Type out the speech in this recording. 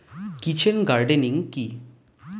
Kitchen gardening কি?